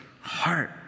heart